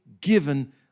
given